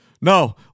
No